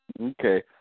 Okay